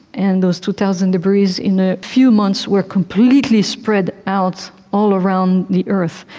and those two thousand debris in a few months were completely spread out all around the earth.